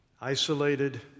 Isolated